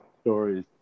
stories